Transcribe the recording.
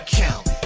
count